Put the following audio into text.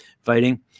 fighting